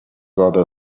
other